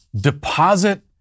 deposit